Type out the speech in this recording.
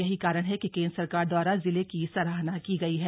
यही कारण है कि केंद्र सरकार दवारा जिले की सराहना की गई है